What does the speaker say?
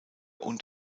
und